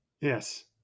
Yes